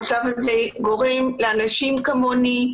המצב הזה גורם לאנשים כמוני,